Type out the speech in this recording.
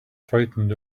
frightened